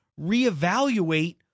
reevaluate